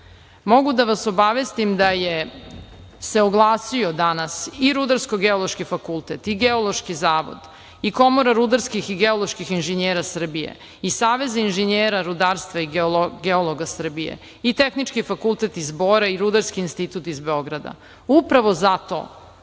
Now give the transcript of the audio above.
Mogu da vas obavestim da se oglasio danas i Rudarsko-geološki fakultet i Geološki zavod i Komora rudarskih i geoloških inženjera Srbije i Savez inženjera rudarstva i geologa Srbije i Tehnički fakultet iz Bora i Rudarski institut iz Beograda, upravo zato